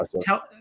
Tell